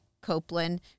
Copeland